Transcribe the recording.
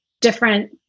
different